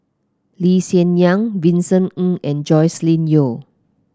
Lee Hsien Yang Vincent Ng and Joscelin Yeo